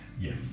Yes